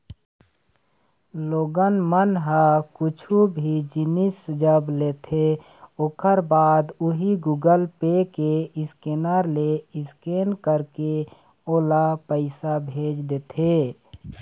लोगन मन ह कुछु भी जिनिस जब लेथे ओखर बाद उही गुगल पे के स्केनर ले स्केन करके ओला पइसा भेज देथे